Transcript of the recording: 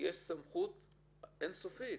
יש סמכות אין-סופית.